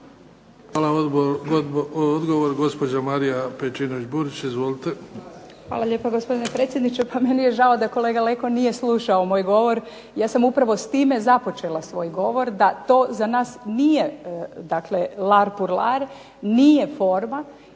Hvala. Odgovor gospođa Marija Pejčinović-Burić. Izvolite. **Pejčinović Burić, Marija (HDZ)** Hvala lijepo gospodine predsjedniče. Pa meni je žao da kolega Leko nije slušao moj govor. Ja sam upravo s time započela svoj govor da to za nas nije larpular nije forma